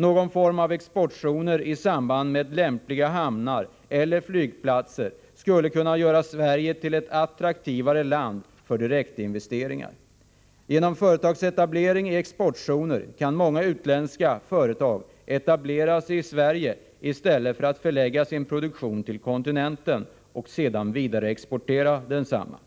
Någon form av exportzoner i samband med lämpliga hamnar eller flygplatser skulle kunna göra Sverige till ett attraktivare land för direktinvesteringar. Genom företagsetablering i exportzoner kan många utländska företag etablera sig i Sverige i stället för att förlägga sin produktion till kontinenten och sedan vidareexportera densamma.